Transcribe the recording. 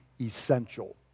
essential